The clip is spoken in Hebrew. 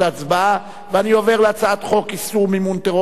אני עובר להצעת חוק איסור מימון טרור (תיקון מס' 4)